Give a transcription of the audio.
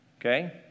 Okay